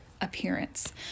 appearance